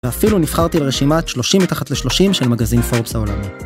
ואפילו נבחרתי לרשימת 30 מתחת ל-30 של מגזים Forbes העולמי.